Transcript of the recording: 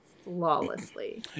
flawlessly